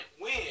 win